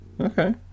Okay